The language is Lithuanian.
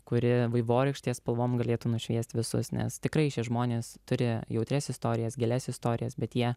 kuri vaivorykštės spalvom galėtų nušviesti visus nes tikrai šie žmonės turi jautrias istorijas gilias istorijas bet jie